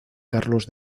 carlos